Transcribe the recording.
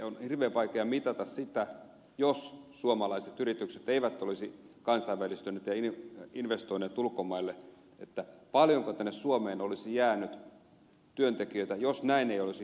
on hirveän vaikea mitata sitä jos suomalaiset yritykset eivät olisi kansainvälistyneet ja investoineet ulkomaille paljonko tänne suomeen olisi jäänyt työntekijöitä jos näin ei olisi tapahtunut